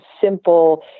simple